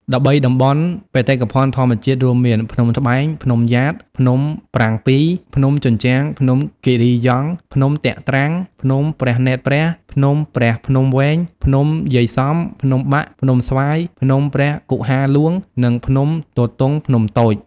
១៣ តំបន់បេតិកភណ្ឌធម្មជាតិ រួមមាន ភ្នំត្បែង ភ្នំយ៉ាត ភ្នំប្រាំងពីរ ភ្នំជញ្ជាំង ភ្នំគិរីយង់ ភ្នំទាក់ទ្រាំង ភ្នំព្រះនេត្រព្រះ ភ្នំព្រះភ្នំវែង ភ្នំយាយសំ ភ្នំបាក់ ភ្នំស្វាយ ភ្នំព្រះគុហារហ្លួង និងភ្នំទទុងភ្នំតូច។